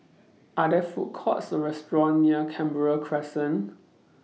Are There Food Courts Or Restaurant near Canberra Crescent